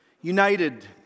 United